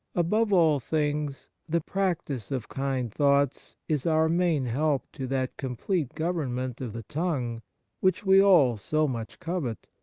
above all things, the practice of kind thoughts is our main help to that complete government of the tongue which we all so much covet,